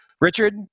Richard